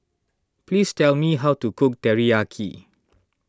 please tell me how to cook Teriyaki